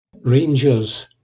Rangers